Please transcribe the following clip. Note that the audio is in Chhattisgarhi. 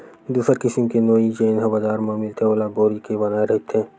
दूसर किसिम के नोई जेन ह बजार म मिलथे ओला बोरी के बनाये रहिथे